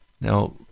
Now